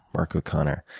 mark o'connor.